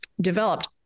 developed